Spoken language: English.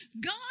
God